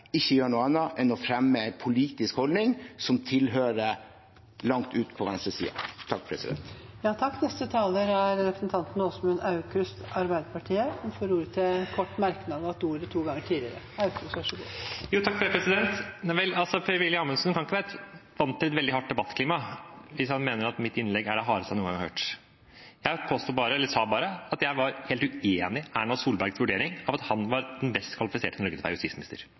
ikke gjør noe annet enn å fremme en politisk holdning som hører til langt ute på venstresiden. Åsmund Aukrust har hatt ordet to ganger tidligere i debatten og får ordet til en kort merknad, begrenset til 1 minutt. Per-Willy Amundsen kan ikke være vant til et veldig hardt debattklima hvis han mener at mitt innlegg er det hardeste han noen gang har hørt. Jeg sa bare at jeg var helt uenig i Erna Solbergs vurdering av at han var den best kvalifiserte i Norge til å være justisminister.